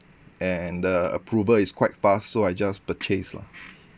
and the approval is quite fast so I just purchase lah